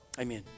amen